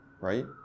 right